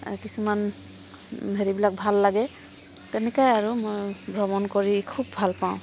কিছুমান হেৰিবিলাক ভাল লাগে তেনেকুৱাই আৰু মই ভ্ৰমণ কৰি খুব ভাল পাওঁ